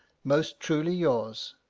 most truly yours,